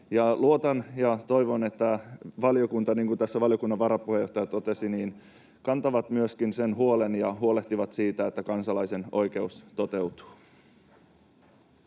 Luotan ja toivon, että valiokunta, niin kuin tässä valiokunnan varapuheenjohtaja totesi, kantaa myöskin sen huolen ja huolehtii siitä, että kansalaisten oikeus toteutuu.